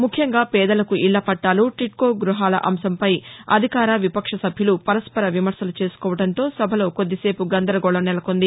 ముఖ్యంగా పేదలకు ఇళ్ల పట్లాలు టీడ్నో గ్బహాల అంశంపై అధికార విపక్ష సభ్యుల పరస్పర విమర్చలు చేసుకోవడంతో సభలో కాద్దిసేపు గందరగోళం నెలకొంది